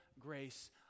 grace